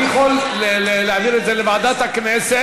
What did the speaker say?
אני יכול להעביר את זה לוועדת הכנסת,